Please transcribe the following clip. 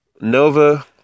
Nova